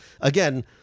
again